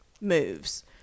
moves